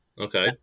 Okay